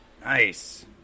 Nice